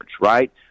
right